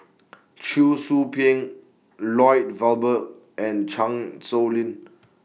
Cheong Soo Pieng Lloyd Valberg and Chan Sow Lin